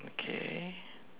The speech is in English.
okay